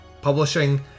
publishing